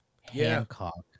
Hancock